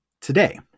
today